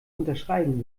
unterschreiben